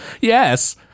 yes